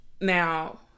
now